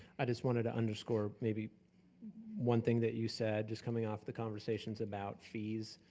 i just wanted to underscore maybe one thing that you said, just coming off the conversations about fees.